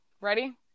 ready